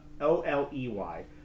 O-L-E-Y